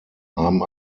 haben